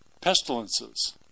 pestilences